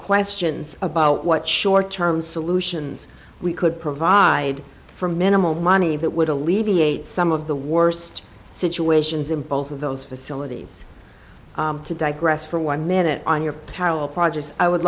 questions about what short term solutions we could provide for minimal money that would alleviate some of the worst situations in both of those facilities to digress for one minute on your parallel projects i would